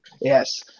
Yes